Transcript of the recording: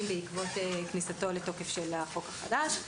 בעקבות כניסתו לתוקף של החוק החדש.